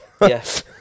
yes